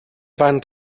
van